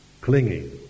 clinging